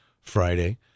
Friday